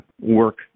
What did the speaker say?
work